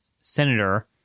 senator